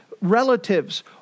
relatives